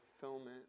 fulfillment